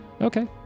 Okay